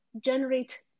generate